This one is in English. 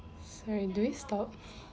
sorry do we stop